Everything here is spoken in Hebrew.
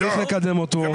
צריך לקדם אותו,